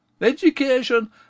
Education